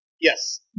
Yes